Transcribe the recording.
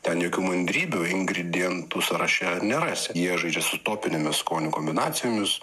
ten jokių mandrybių ingridientų sąraše nerasi jie žaidžia su topinėmis skonių kombinacijomis